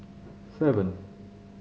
seven